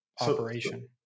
operation